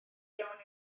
iawn